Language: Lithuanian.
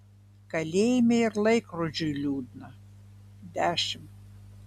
kalėjime ir laikrodžiui liūdna dešimt